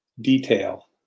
detail